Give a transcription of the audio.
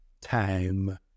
time